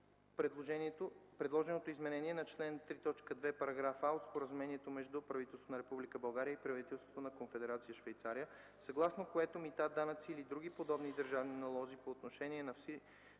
предложеното изменение на чл. 3.2, параграф „а” от Споразумението между правителството на Република България и правителството на Конфедерация Швейцария, съгласно което „мита, данъци или други подобни държавни налози по отношение на всичкото